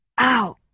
Ow